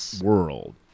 world